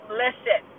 listen